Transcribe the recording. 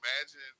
imagine